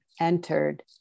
entered